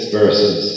verses